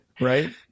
right